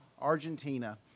Argentina